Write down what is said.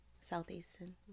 southeastern